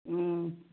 ও